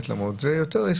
אני לא יודע איך